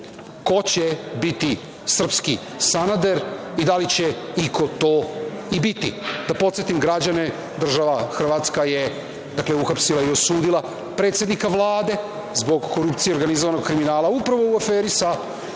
ko će biti „srpski Sanader“ i da li će iko to i biti. Da podsetim građane, država Hrvatska je, dakle, uhapsila i osudila predsednika Vlade zbog korupcije i organizovanog kriminala, upravo u aferi sa malopre